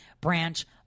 branch